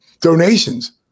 donations